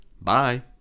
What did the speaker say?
Bye